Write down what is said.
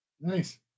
Nice